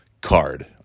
card